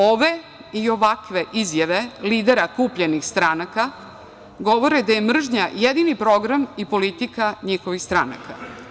Ove i ovakve izjave lidera kupljenih stranaka govore da je mržnja jedini program i politika njihovih stranaka.